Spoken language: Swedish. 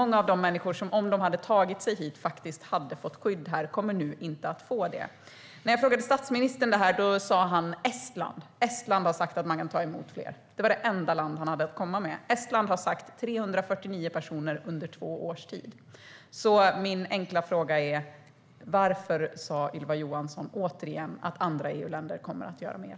Många av dem är människor som faktiskt skulle ha fått skydd om de väl hade kunnat ta sig hit. De kommer nu inte att få det. När jag frågade statsministern om detta sa han att Estland hade sagt att man kan ta emot fler. Det var det enda land han hade att komma med. Estland har sagt att man kan ta emot 349 personer under två års tid. Min enkla fråga är därför: Varför sa Ylva Johansson återigen att andra EU-länder kommer att göra mer?